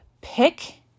pick